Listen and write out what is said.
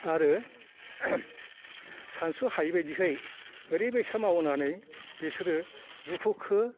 आरो सानस'हायै बायदिहाय ओरैबायसा मावनानै बिसोरो दुखुखौ